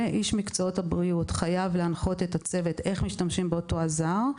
איש מקצועות הבריאות חייב להנחות את הצוות איך משתמשים באותו עזר.